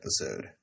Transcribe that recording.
episode